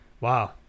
Wow